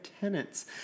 tenants